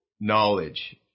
knowledge